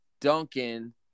Duncan